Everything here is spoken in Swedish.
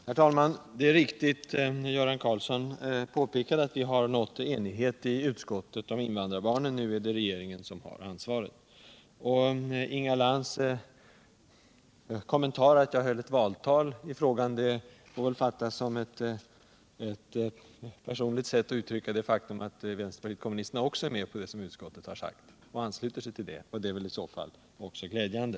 Herr talman! Det är riktigt som Göran Karlsson påpekade, att vi har nått enighet i utskottet om invandrarbarnen. Nu är det regeringen som har ansvaret. Inga Lantz kommentar, att jag höll ett valtal i frågan, får väl fattas som ett personligt sätt att uttrycka att vänsterpartiet kommunisterna också ansluter sig till vad utskottet skriver. Det är i så fall glädjande.